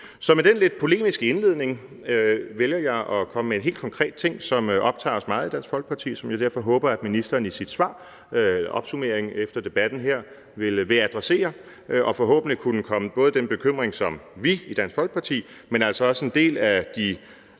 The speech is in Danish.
Så med den lidt polemiske indledning vælger jeg at komme med en helt konkret ting, som optager os meget i Dansk Folkeparti, og som jeg derfor håber ministeren i sit svar og opsummering efter debatten her vil adressere, og forhåbentlig vil han kunne komme den bekymring i møde, som også vi i Dansk Folkeparti, men altså også en del af de